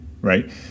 Right